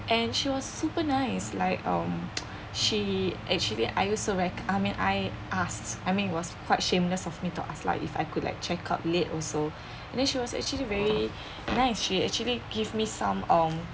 and she was super nice like um she actually I also ver~ I mean I asked I mean it was quite shameless of me to ask lah like if I could like check up late also and then she was actually very nice she actually give me some um